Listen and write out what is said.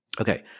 okay